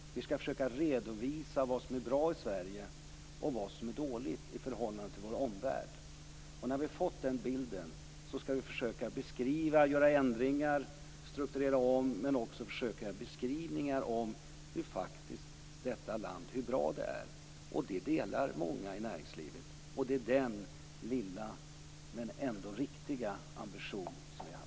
Vi skall försöka redovisa vad som är bra i Sverige och vad som är dåligt i förhållande till vår omvärld. När vi har fått den bilden skall vi försöka beskriva, göra ändringar, strukturera om, men också berätta hur bra det här landet är. Den uppfattningen delar många i näringslivet. Det är den lilla, men ändå riktiga, ambition vi har haft.